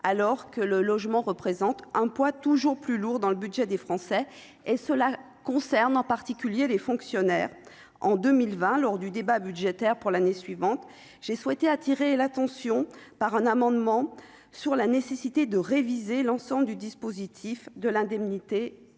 alors que le logement représente un poids toujours plus lourd dans le budget des Français, et cela concerne en particulier les fonctionnaires en 2020, lors du débat budgétaire pour l'année suivante, j'ai souhaité attirer l'attention, par un amendement sur la nécessité de réviser l'ensemble du dispositif de l'indemnité de